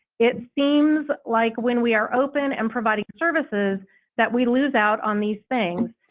it seems like when we are open and providing services that we lose out on these things.